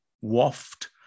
Waft